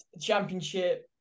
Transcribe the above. Championship